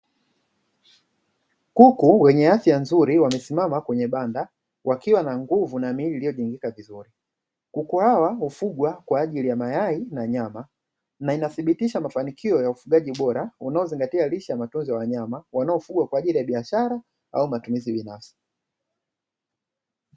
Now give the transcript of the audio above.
Kuku wenye afya nzuri wamesimama kwenye banda, wakiwa na nguvu na miili iliyojengeka vizuri. Kuku hawa hufugwa kwa ajili ya mayai au nyama na inathibitisha mafanikio ya ufugaji bora, unaozingatia lishe na matunzo ya wanyama wanaofugwa kwa ajili ya biashara au matumizi binafsi.